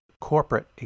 Corporate